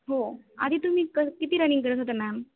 हो आधी तुम्ही क किती रनिंग करत होत्या मॅम